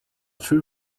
true